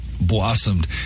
blossomed